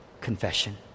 confession